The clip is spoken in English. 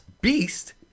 Beast